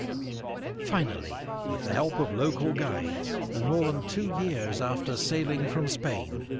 finally, with the help of local guides and more than two years after sailing from spain,